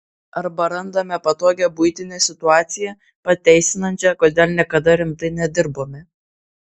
arba randame patogią buitinę situaciją pateisinančią kodėl niekada rimtai nedirbome